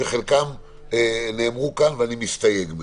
שחלקם נאמרו כאן ואני מסתייג מהם.